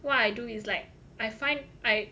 what I do is like I find I